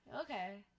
Okay